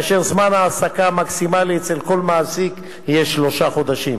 כאשר זמן ההעסקה המקסימלי אצל כל מעסיק יהיה שלושה חודשים.